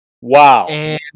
Wow